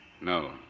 No